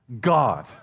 God